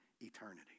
eternity